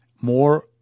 More